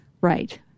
Right